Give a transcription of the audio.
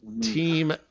Team